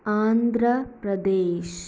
Andhra Pradesh